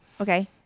Okay